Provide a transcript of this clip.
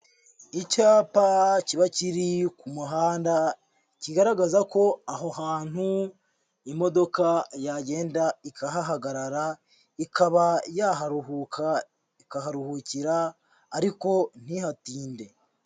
Icyapa kiba kiri ku muhanda kigaragaza ko aho hantu imodoka yagenda ikahahagarara, ikaba yaharuhuka ikaharuhukira ariko ntihatinde.